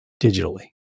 digitally